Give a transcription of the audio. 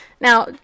Now